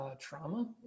trauma